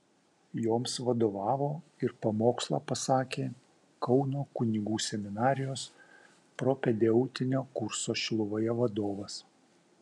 joms vadovavo ir pamokslą pasakė kauno kunigų seminarijos propedeutinio kurso šiluvoje vadovas